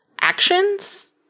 actions